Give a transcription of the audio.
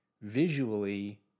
visually